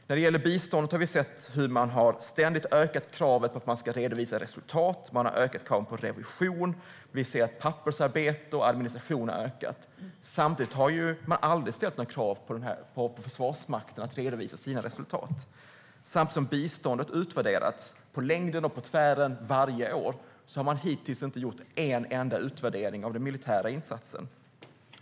När det gäller biståndet har vi sett att man ständigt har ökat kraven på att redovisa resultat. Man har ökat kraven på revision. Pappersarbete och administration har ökat. Samtidigt har man aldrig ställt några krav på Försvarsmakten att redovisa sina resultat. Samtidigt som biståndet utvärderats på längden och tvären varje år har man hittills inte gjort en enda utvärdering av den militära insatsen.